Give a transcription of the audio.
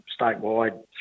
statewide